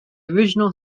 original